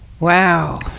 Wow